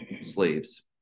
slaves